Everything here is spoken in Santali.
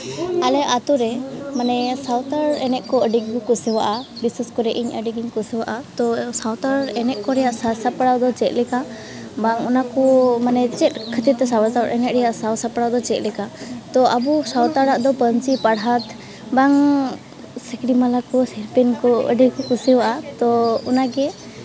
ᱟᱞᱮ ᱟᱹᱛᱩ ᱨᱮ ᱢᱟᱱᱮ ᱥᱟᱱᱛᱟᱲ ᱮᱱᱮᱡ ᱠᱚ ᱟᱹᱰᱤᱠᱚ ᱠᱩᱥᱤᱭᱟᱜᱼᱟ ᱵᱤᱥᱮᱥ ᱠᱚᱨᱮ ᱤᱧ ᱟᱹᱰᱤᱜᱤᱧ ᱠᱩᱥᱤᱭᱟᱜᱼᱟ ᱛᱳ ᱥᱟᱱᱛᱟᱲ ᱮᱱᱮᱡ ᱠᱚ ᱨᱮᱭᱟᱜ ᱥᱟᱡᱽᱥᱟᱯᱲᱟᱣ ᱫᱚ ᱪᱮᱫ ᱞᱮᱠᱟ ᱵᱟᱝ ᱚᱱᱟᱠᱚ ᱢᱟᱱᱮ ᱪᱮᱫ ᱠᱷᱟᱹᱛᱤᱨᱛᱮ ᱥᱟᱱᱛᱟᱲ ᱮᱱᱮᱡ ᱨᱮᱭᱟᱜ ᱥᱟᱡᱽᱥᱟᱯᱲᱟᱣ ᱫᱚ ᱪᱮᱫ ᱞᱮᱠᱟ ᱛᱳ ᱟᱵᱚ ᱥᱟᱱᱛᱟᱲᱟᱜ ᱦᱚᱸ ᱯᱟᱹᱧᱪᱤ ᱯᱟᱨᱦᱟᱲ ᱵᱟᱝ ᱥᱤᱠᱲᱤ ᱢᱟᱞᱟ ᱠᱚ ᱟᱹᱰᱤ ᱠᱚ ᱠᱩᱥᱤᱭᱟᱜᱼᱟ ᱛᱳ ᱚᱱᱟᱜᱮ